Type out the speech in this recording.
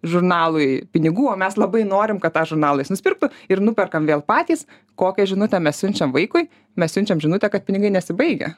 žurnalui pinigų o mes labai norim kad tą žurnalą jis nuspirktų ir nuperkam vėl patys kokią žinutę mes siunčiam vaikui mes siunčiam žinutę kad pinigai nesibaigia